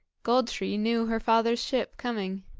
gold-tree knew her father's ship coming.